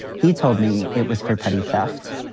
he told me it was for petty theft.